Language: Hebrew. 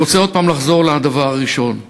אני רוצה שוב לחזור לדבר הראשון: